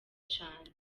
cane